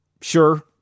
sure